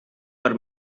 per